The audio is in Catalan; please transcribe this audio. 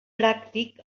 pràctic